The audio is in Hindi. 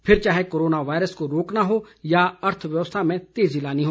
फिर चाहे कोरोना वायरस को रोकना हो या अर्थव्यवस्था में तेजी लानी हो